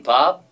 Bob